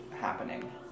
happening